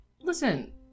Listen